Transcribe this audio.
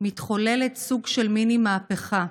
מתחולל סוג של מיני-מהפכה.